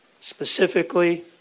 Specifically